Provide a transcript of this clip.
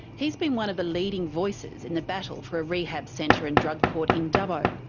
he's been one of the leading voices in the battle for a rehab centre and drug court in dubbo.